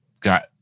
got